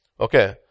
Okay